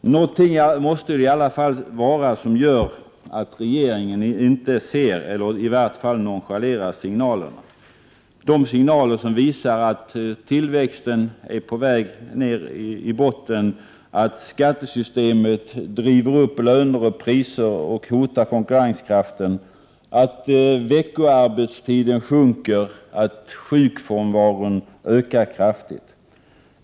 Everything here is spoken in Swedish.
Det måste i varje fall vara någonting som gör att regeringen inte ser eller i varje fall nonchalerar de signaler som visar att tillväxten är på väg ned i botten, att skattesystemet driver upp löner och priser samt hotar konkurrenskraften, att veckoarbetstiden sjunker och att sjukfrånvaron ökar kraftigt.